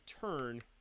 turn